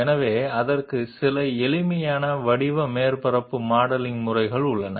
కాబట్టి దాని కోసం కొన్ని ఉచిత రూప ఉపరితల మోడలింగ్ పద్ధతులు ఉన్నాయి